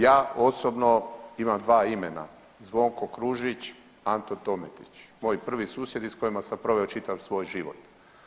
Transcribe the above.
Ja osobno imam dva imena Zvonko Kružić, Anto Tometić, moji prvi susjedi s kojima sam proveo čitav svoj život.